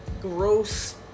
gross